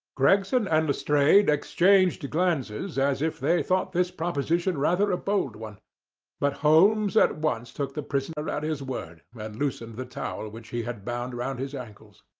gregson and lestrade exchanged glances as if they thought this proposition rather a bold one but holmes at once took the prisoner at his word, and loosened the towel which we had bound round his ancles.